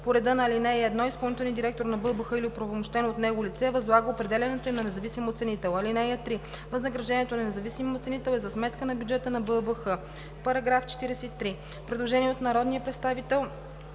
по реда на ал. 1, изпълнителният директор на БАБХ или оправомощено от него лице възлага определянето им на независим оценител. (3) Възнаграждението на независимия оценител е за сметка на бюджета на БАБХ.“ По § 43 има предложение на народния представител